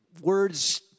words